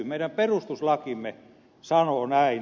meidän perustuslakimme sanoo näin